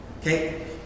Okay